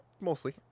mostly